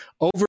Over